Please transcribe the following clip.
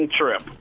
trip